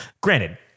Granted